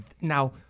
now